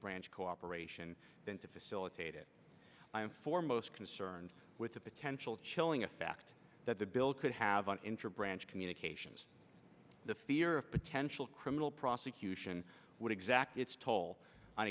branch cooperation than to facilitate it i am foremost concerned with the potential chilling effect that the bill could have an intra branch communications the fear of potential criminal prosecution would exact its toll on